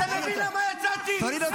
אתה תומך טרור.